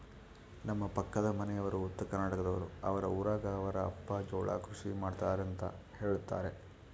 ನಮ್ಮ ಪಕ್ಕದ ಮನೆಯವರು ಉತ್ತರಕರ್ನಾಟಕದವರು, ಅವರ ಊರಗ ಅವರ ಅಪ್ಪ ಜೋಳ ಕೃಷಿ ಮಾಡ್ತಾರೆಂತ ಹೇಳುತ್ತಾರೆ